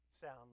sound